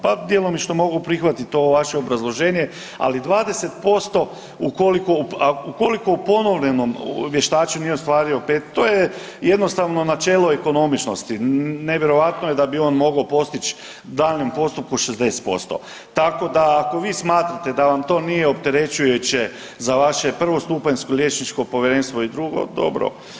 Pa djelomično mogu prihvatiti ovo vaše obrazloženje, ali 20% ukoliko u ponovljenom vještačenju nije ostvario 5, to je jednostavno načelo ekonomičnosti, nevjerojatno je da bi on mogao postići u daljem postupku 60%, tako da, ako vi smatrate da vam to nije opterećujuće za vaše prvostupanjsko liječničko povjerenstvo i drugo, dobro.